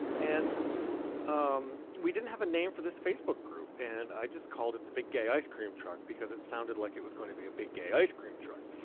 and um we didn't have a name for this facebook group. and i just called it the big gay ice cream truck because it sounded like it was going to be a big, gay ice cream truck.